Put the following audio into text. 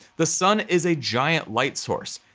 the sun is a giant light source,